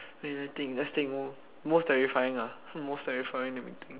let's think most terrifying ah most terrifying